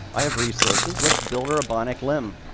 i have resources. let's build her a bionic limb,